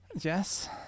Yes